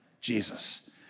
Jesus